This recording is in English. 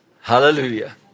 Hallelujah